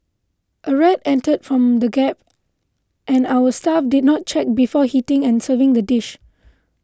a rat entered from the gap and our staff did not check before heating and serving the dish